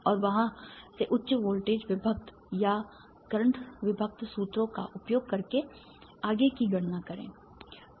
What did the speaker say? और वहां से उच्च वोल्टेज विभक्त या करंट विभक्त सूत्रों का उपयोग करके आगे की गणना करें